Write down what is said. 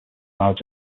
married